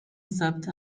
ثبت